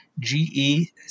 GE